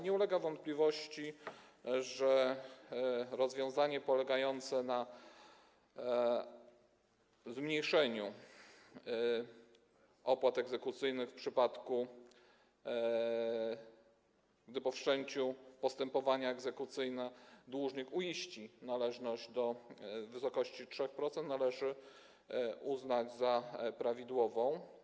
Nie ulega wątpliwości, że rozwiązanie polegające na zmniejszeniu opłat egzekucyjnych, w przypadku gdy po wszczęciu postępowania egzekucyjnego dłużnik uiści należność w wysokości 3%, należy uznać za prawidłową.